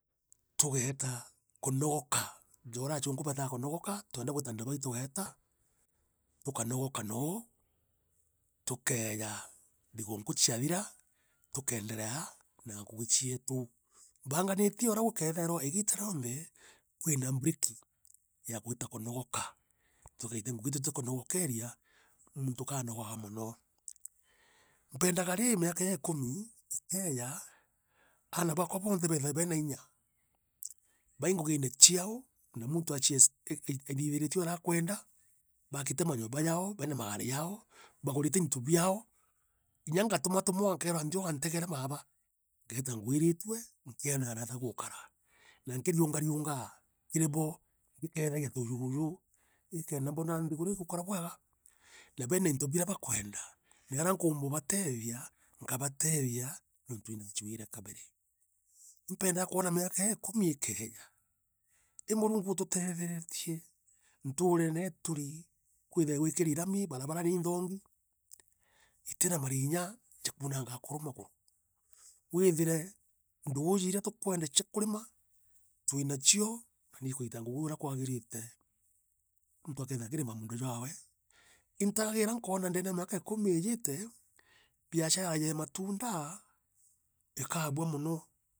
Twajeta kuneguka jerea achuriku betaa kunogoka twenda gwitodubai tugenda tukaanguke noo tukaeja thiguntu ethiathira tukeenderea na ngugi cietu mbanganitie urea gukaethirwa gukari igithu rionthe kwina benki ye gwiita kunagoka tutigaite ngugi tutikunegokaria muntu kaa nogaa mono mpendaga rii miaka ii ikumi ikeja aana baakura bonthe bethire baira inya be ngugine ciao na muntu atithiritie urea akwenda baakite manyomba jao beria magari yao bagerite into biuo inya ngatumuatumura nkeerwa njo ugantegee baaba ngeeta ngwiritue nkionaa natea gukara na nkiriungariungaa kari bo nigakethagaia tujuuju i kenda mbona nithiguru igukuru bwega na keena into biria bakwenda na aria nkuumba ubatethia nkabatethia nurii indaachuire kabere impendaa kuma miaka ii ikumi ikeeja i Murungu ntuurene ii turi kurithire gwikiri rami baebara niinthongi itira marinya jakuunanga akuru maguru kwithire nduugu tukwenda eia kurima twinachio nigwita ngugi urea kwagirite muntu akethea aki rumaa mundu jwawe integairaa nkoona ndeema ya miaka ikumi nijibe biashara jae Matunda aah ikabua meno